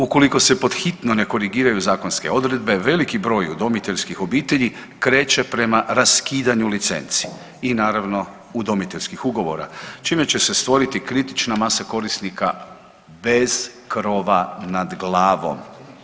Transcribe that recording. Ukoliko se pod hitno ne korigiraju zakonske odredbe veliki broj udomiteljskih obitelji kreće prema raskidanju licenci i naravno udomiteljskih ugovora čime će se stvoriti kritična masa korisnika bez krova nad glavom.